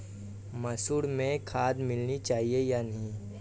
मसूर में खाद मिलनी चाहिए या नहीं?